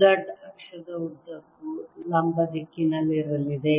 z ಅಕ್ಷದ ಉದ್ದಕ್ಕೂ ಲಂಬ ದಿಕ್ಕಿನಲ್ಲಿರಲಿದೆ